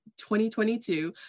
2022